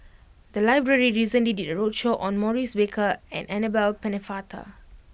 the library recently did a roadshow on Maurice Baker and Annabel Pennefather